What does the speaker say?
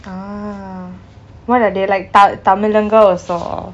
ah what are they like தமிழங்க:thamizhanga also